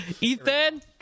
Ethan